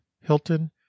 Hilton